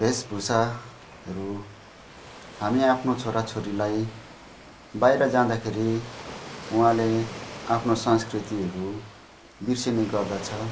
भेषभूषाहरू हामी आफ्नो छोराछोरीलाई बाहिर जाँदाखेरि उहाँले आफ्नो संस्कृतिहरू बिर्सिने गर्दछ